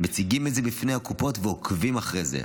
מציגים את זה בפני הקופות ועוקבים אחרי זה.